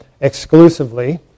exclusively